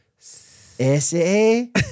S-A